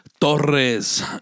torres